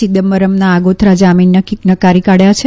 ચિદમ્બરમના આગોતરા જામીન નકારી કાઢ્યા છે